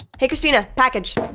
hey, christina, package.